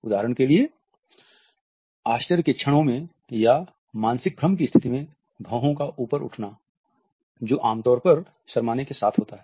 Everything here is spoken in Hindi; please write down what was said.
उदाहरण के लिए आश्चर्य के क्षणों में या मानसिक भ्रम की स्थिति में भौंहों का उठना जो आमतौर पर शरमाने के साथ होता है